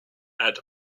add